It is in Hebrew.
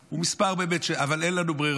אבל אין לנו ברירה,